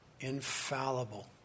infallible